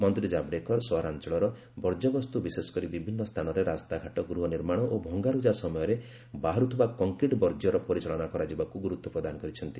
ମନ୍ତ୍ରୀ ଜାଭଡେକର ସହରାଂଚଳର ବର୍ଜ୍ୟବସ୍ତୁ ବିଶେଷ କରି ବିଭିନ୍ନ ସ୍ଥାନରେ ରାସ୍ତାଘାଟ ଓ ଗୃହ ନିର୍ମାଣ ଏବଂ ଭଙ୍ଗାରୁଜା ସମୟରେ ବାହାରୁଥିବା କଂକ୍ରିଟ୍ ବର୍ଜ୍ୟର ପରିଚାଳନା କରାଯିବାକୁ ଗୁରୁତ୍ୱ ପ୍ରଦାନ କରିଛନ୍ତି